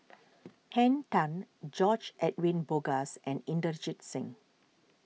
Henn Tan George Edwin Bogaars and Inderjit Singh